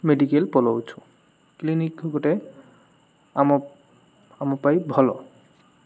medical ପଳାଉଛୁ clinic ଗୋଟେ ଆମ ଆମ ପାଇଁ ଭଲ